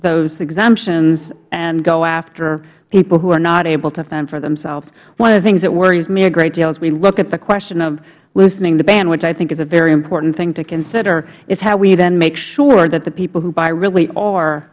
exemptions and go after people who are not able to fend for themselves one of the things that worries me a great deal as we look at the question of loosening the ban which i think is a very important thing to consider is how we then make sure that the people who buy really